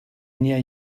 near